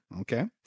Okay